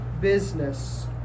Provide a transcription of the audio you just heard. business